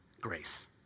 Grace